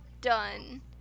done